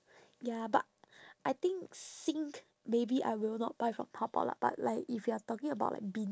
ya but I think sink maybe I will not buy from taobao lah but like if you are talking about like bean